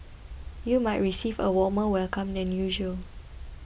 you might receive a warmer welcome than usual